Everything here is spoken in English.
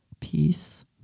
peace